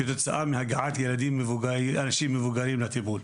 כתוצאה מהגעת אנשים מבוגרים לטיפול.